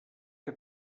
que